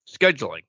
scheduling